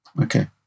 okay